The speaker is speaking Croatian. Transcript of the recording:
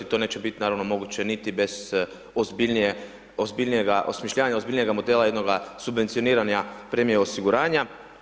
To neće biti naravno moguće, niti bez ozbiljnijega osmišljavanja, ozbiljnijega modela jednoga subvencioniranja premije osiguranja.